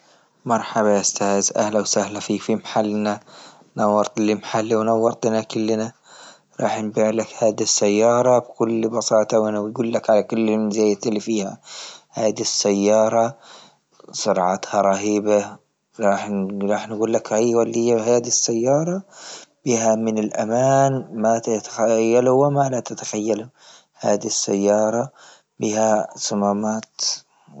مرحبا يا أستاز أهلا وسهلا فيك في محلنا نورت لي المحلي ونورتنا كلنا، راح نبيع لك هد السيارة بكل بساطة وأنا بقول لك على كل مزيات اللي فيها، هذي السيارة سرعتها رهيبة راح نقول راح نقول لك السيارة أيوه هذي السيارة بها من أمان ما تتخيله وما لا تتخيله، هذه السيارة بها صمامات.